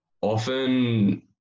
often